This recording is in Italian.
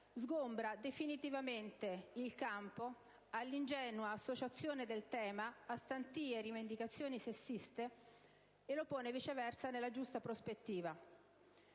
sgombra definitivamente il campo all'ingenua associazione del tema a stantie rivendicazioni sessiste e lo pone, viceversa, nella giusta prospettiva.